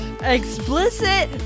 Explicit